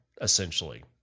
essentially